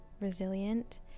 resilient